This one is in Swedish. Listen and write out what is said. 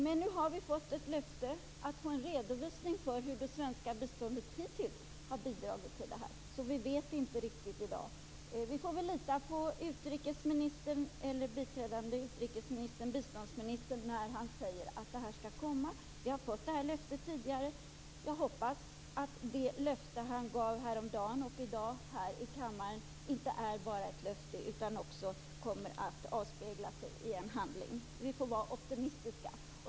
Men nu har vi fått ett löfte om en redovisning av hur det svenska biståndet hittills har bidragit. Vi vet alltså inte detta i dag. Vi får väl lita på den biträdande utrikesministern, biståndsministern, när han säger att en redovisning skall komma. Vi har fått löftet tidigare. Jag hoppas att det löfte som ministern gav häromdagen och i dag här i kammaren inte bara är ett löfte, utan att det också kommer att avspeglas i en handling. Vi får vara optimistiska.